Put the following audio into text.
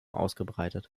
ausgebreitet